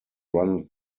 run